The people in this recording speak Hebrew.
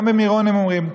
גם במירון הם אומרים.